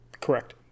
Correct